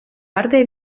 parte